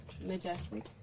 Majestic